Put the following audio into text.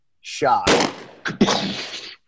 shot